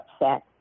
upset